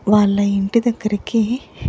వాళ్ళ ఇంటి దగ్గరకి